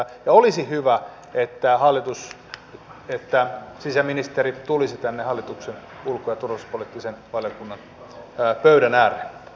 ja olisi hyvä että sisäministeri tulisi hallituksen ulko ja turvallisuuspoliittisen valiokunnan pöydän ääreen